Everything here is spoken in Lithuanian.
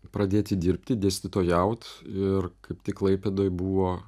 pradėti dirbti dėstytojaut ir kaip tik klaipėdoj buvo